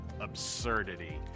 absurdity